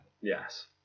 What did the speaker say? yes